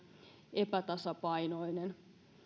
epätasapainoinen